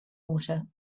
water